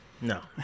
No